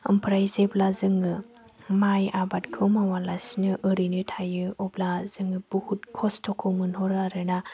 ओमफ्राय जेब्ला जोङो माइ आबादखौ मावा लासिनो ओरैनो थायो अब्ला जोङो बहुद खस्थ'खौ मोनहरो आरोना